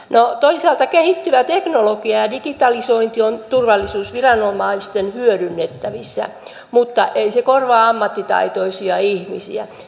no toisaalta kehittyvä teknologia ja digitalisointi ovat turvallisuusviranomaisten hyödynnettävissä mutta ne eivät korvaa ammattitaitoisia ihmisiä